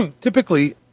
Typically